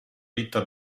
ditta